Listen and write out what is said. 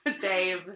Dave